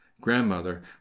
Grandmother